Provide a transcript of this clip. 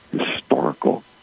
historical